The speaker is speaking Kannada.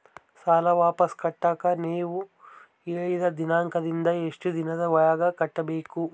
ಸಾಲ ವಾಪಸ್ ಕಟ್ಟಕ ನೇವು ಹೇಳಿದ ದಿನಾಂಕದಿಂದ ಎಷ್ಟು ದಿನದೊಳಗ ಕಟ್ಟಬೇಕು?